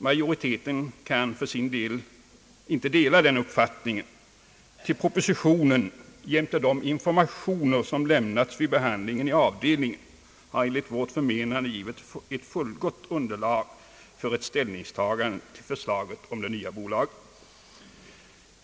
Majoriteten i utskottet kan inte dela denna uppfattning, ty propositionen jämte de informationer som lämnats vid behandlingen i avdelningen har enligt vårt förmenande givit fullgott underlag för ett ställningstagande till förslaget om det nya bolaget.